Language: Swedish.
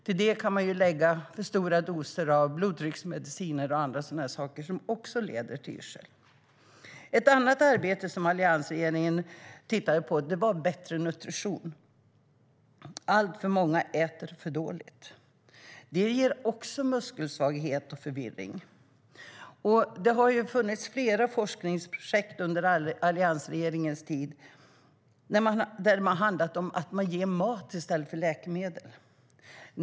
Till det kan läggas stora doser av blodtrycksmediciner och annat som också orsakar yrsel. Ett annat arbete som alliansregeringen tittade på gällde bättre nutrition. Alltför många äter för dåligt. Det ger också muskelsvaghet och orsakar förvirring. Flera forskningsprojekt under alliansregeringens tid har handlat om att ge mat i stället för läkemedel.